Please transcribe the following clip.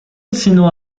ensinou